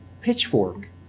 pitchfork